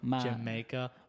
Jamaica